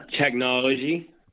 Technology